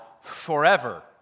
Forever